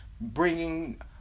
bringing